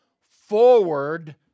forward